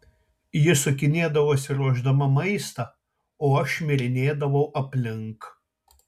ji sukinėdavosi ruošdama maistą o aš šmirinėdavau aplink